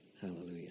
Hallelujah